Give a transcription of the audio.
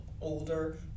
older